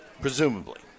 presumably